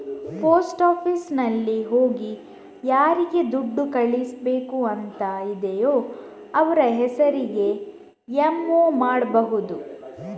post ಆಫೀಸಿನಲ್ಲಿ ಹೋಗಿ ಯಾರಿಗೆ ದುಡ್ಡು ಕಳಿಸ್ಬೇಕು ಅಂತ ಇದೆಯೋ ಅವ್ರ ಹೆಸರಿಗೆ ಎಂ.ಒ ಮಾಡ್ಬಹುದು